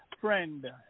friend